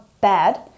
bad